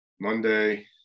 monday